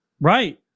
Right